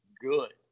good